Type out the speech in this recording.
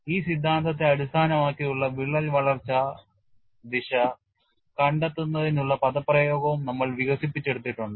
ഈ സിദ്ധാന്തത്തെ അടിസ്ഥാനമാക്കിയുള്ള വിള്ളൽ വളർച്ചാ ദിശ കണ്ടെത്തുന്നതിനുള്ള പദപ്രയോഗവും നമ്മൾ വികസിപ്പിച്ചെടുത്തിട്ടുണ്ട്